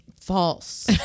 False